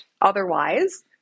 Otherwise